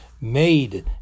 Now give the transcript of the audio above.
made